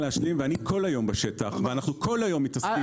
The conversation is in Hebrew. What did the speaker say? אני כל היום בשטח, ואנחנו כל היום מתעסקים בזה.